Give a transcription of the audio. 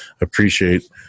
appreciate